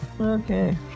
Okay